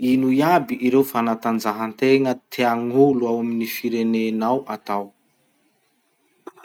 Ino iaby ireo fanatanjahategna tiagn'olo ao amin'ny firenanao atao?